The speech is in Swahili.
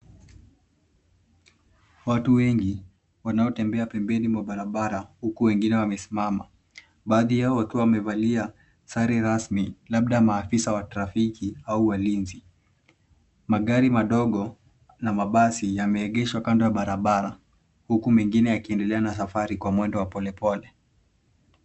Watu wengi wanaotembea pembeni mwa barabara huku wengine wamesimama. Baadhi yao wakiwa wamevalia sare rasmi labda maafisa wa trafiki au walinzi. Magari madogo na mabasi yameegeshwa kando ya barabara huku mengine yakiendelea na safari kwa mwendo wa polepole.